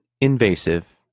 invasive